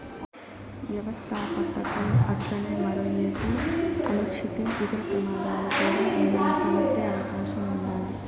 వ్యవస్థాపకతం అట్లనే మరో ఏపు అనిశ్చితి, ఇతర ప్రమాదాలు కూడా ఇందులో తలెత్తే అవకాశం ఉండాది